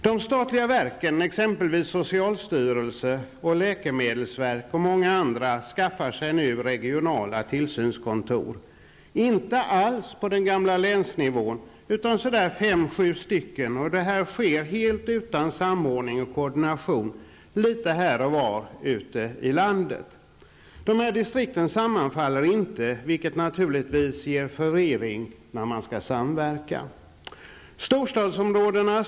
De statliga verken, exempelvis socialstyrelse och läkemedelsverk, skaffar sig nu regionala tillsynskontor -- inte alls på den gamla länsnivån utan i stället 5--7 stycken. Detta sker helt utan samordning och koordination litet här och var ute i landet. Dessa distrikt sammanfaller inte, vilken naturligtvis bidrar till förvirring när man skall samverka.